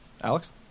Alex